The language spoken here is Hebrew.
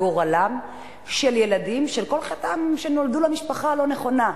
גורלם של ילדים שכל חטאם שנולדו למשפחה הלא-נכונה,